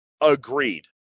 agreed